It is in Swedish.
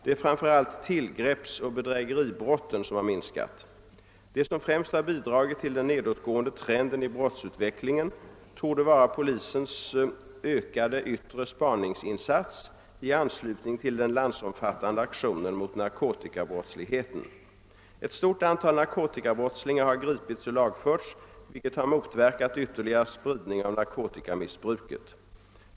Det är framför allt tillgreppsoch bedrägeribrotten som har minskat. Det som främst har bidragit till den nedåtgående trenden i brottsutvecklingen torde vara polisens ökade yttre spaningsinsats i anslutning till den landsomfattande aktionen mot narkotikabrottsligheten. Ett stort antal narkotikabrottslingar har gripits och lagförts, vilket har motverkat ytterligare spridning av narkotikamissbruket.